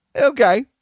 Okay